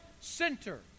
center